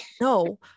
no